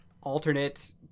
alternate